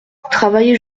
travailler